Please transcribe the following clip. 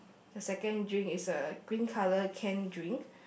the second drink is a green color can drink